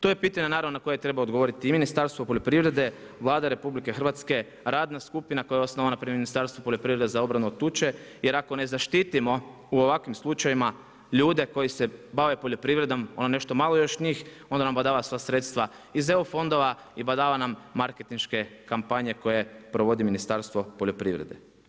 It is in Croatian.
To je pitanje naravno, na koje treba odgovoriti i Ministarstvo poljoprivrede, Vlada Republike Hrvatske, radna skupina koja je osnovana pri Ministarstvu poljoprivrede za obranu od tuče, jer ako ne zaštitio u ovakvim slučajevima, ljude koje se bave poljoprivredom, ono nešto malo još njih, onda nam badava sva sredstva iz EU fondova i badava nam marketinške kampanje koje provodi Ministarstvo poljoprivrede.